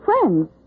friends